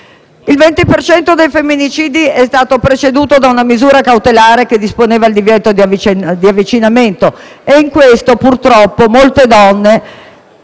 cento dei femminicidi è stato preceduto da una misura cautelare che disponeva il divieto di avvicinamento, ma purtroppo molte donne,